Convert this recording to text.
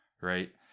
Right